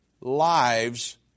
lives